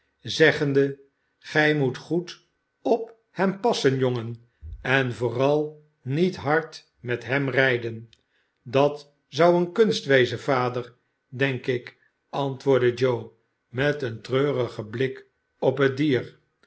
zeggende gij moet goed op hem passen jongen en vooral niet hard met hem rijden dat zou een kunst wezen vader denk ik antwoordde joe met een treurigen blik op het dier